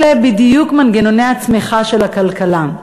אלה בדיוק מנגנוני הצמיחה של הכלכלה.